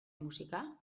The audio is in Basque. musika